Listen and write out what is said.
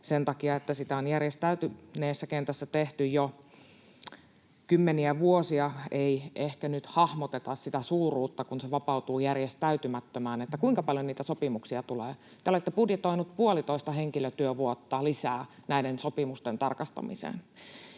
sen takia, että sitä on järjestäytyneessä kentässä tehty jo kymmeniä vuosia, ei ehkä nyt hahmoteta sitä suuruutta, kuinka paljon niitä sopimuksia tulee, kun se vapautuu järjestäytymättömään. Te olette budjetoineet puolitoista henkilötyövuotta lisää näiden sopimusten tarkastamiseen.